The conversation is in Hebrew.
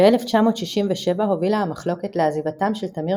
ב-1967 הובילה המחלוקת לעזיבתם של תמיר